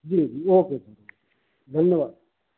जी जी okay sir धन्यवाद